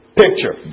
picture